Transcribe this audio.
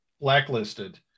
blacklisted